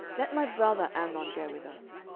let my brother amnon go with us.